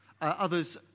Others